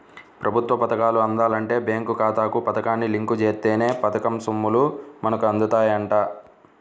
ప్రభుత్వ పథకాలు అందాలంటే బేంకు ఖాతాకు పథకాన్ని లింకు జేత్తేనే పథకం సొమ్ములు మనకు అందుతాయంట